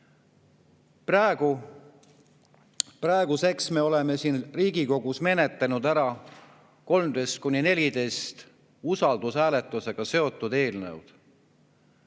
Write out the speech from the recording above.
Praeguseks me oleme siin Riigikogus menetlenud ära 13–14 usaldushääletusega seotud eelnõu.